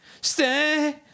Stay